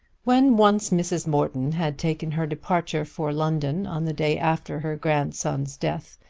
when once mrs. morton had taken her departure for london, on the day after her grandson's death,